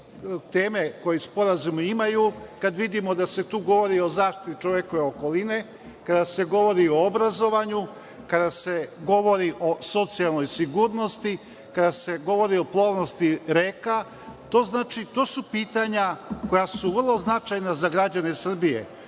teme koje sporazumi imaju, kada vidimo da se tu govori o zaštiti čovekove okoline, kada se govori o obrazovanju, kada se govori o socijalnoj sigurnosti, kada se govori o plovnosti reka, to su pitanja koja su vrlo značajna za građane Srbije.